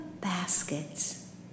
baskets